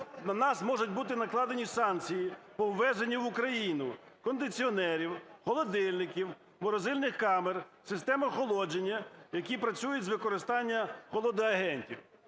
На нас можуть бути накладені санкції по ввезенню в Україну кондиціонерів, холодильників, морозильних камер, систем охолодження, які працюють з використанням холодоагентів.